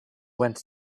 went